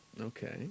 Okay